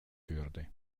würde